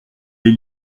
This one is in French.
des